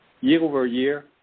year-over-year